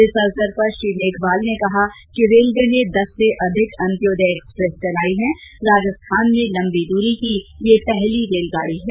इस अवसर पर श्री मेघवाल ने कहा कि रेलवे ने दस से अधिक अंत्योदय एक्सप्रेस चलायी है राजस्थान में लम्बी दूरी की यह पहली रेलगाड़ी है